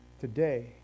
today